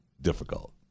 difficult